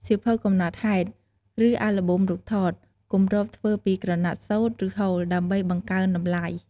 សៀវភៅកំណត់ហេតុ ឬអាល់ប៊ុមរូបថត គម្របធ្វើពីក្រណាត់សូត្រ ឬហូល ដើម្បីបង្កើនតម្លៃ។